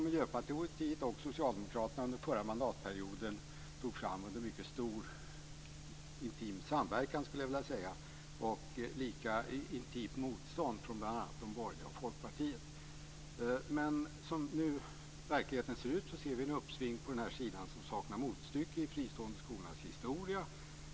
Miljöpartiet och Socialdemokraterna tog under den förra mandatperioden under mycket intim samverkan fram en friskolereform, som mötte ett lika intimt motstånd från bl.a. de borgerliga inklusive Folkpartiet. Vi har i verkligheten nu fått ett uppsving som saknar motstycke i de fristående skolornas historia.